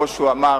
כמו שהוא אמר,